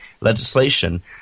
legislation